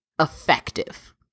effective